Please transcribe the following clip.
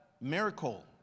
miracle